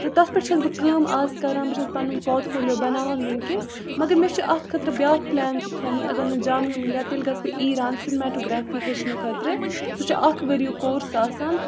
تہٕ تَتھ پٮ۪تھ چھَس بہٕ کٲم آز کَران بہٕ چھَس پَںُن پاٹفولیو بَناوان وٕنۍکٮ۪س مگر مےٚ چھُ اَتھ خٲطرٕ بیٛاکھ پٕلین تہِ تھوٚومُت اگر نہٕ جامعہ مِلیہ تیٚلہِ گژھٕ بہٕ ایران سِنمیٹوگرٛیفی ہیٚچھنہٕ خٲطرٕ سُہ چھِ اَکھ ؤریُک کورٕس آسان